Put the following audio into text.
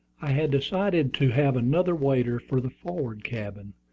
i had decided to have another waiter for the forward cabin,